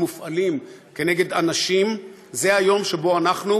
מופעלים כנגד אנשים הוא היום שבו אנחנו,